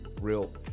real